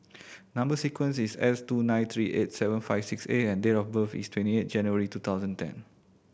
number sequence is S two nine three eight seven five six A and date of birth is twenty eight January two thousand and ten